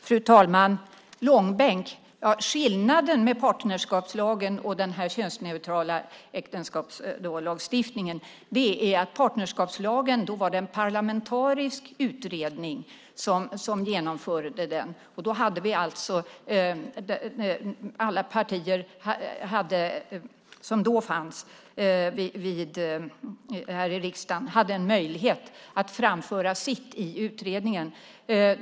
Fru talman! Vad gäller långbänk är skillnaden mellan partnerskapslagen och den könsneutrala äktenskapslagstiftningen att det var en parlamentarisk utredning som genomförde partnerskapslagen. Alla partier som då fanns här i riksdagen hade en möjlighet att framföra sitt i utredningen.